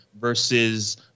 versus